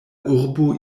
urbo